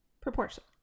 proportion